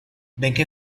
benché